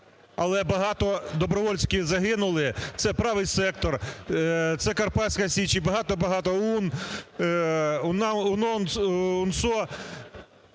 але багато добровольців загинули. Це "Правий сектор", це "Карпатська Січ", і багато-багато, ОУН,